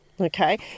Okay